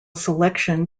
selection